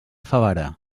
favara